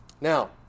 Now